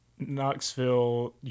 Knoxville